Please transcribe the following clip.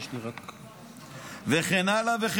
וכן הלאה.